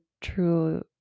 true